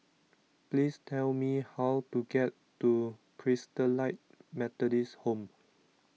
please tell me how to get to Christalite Methodist Home